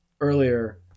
earlier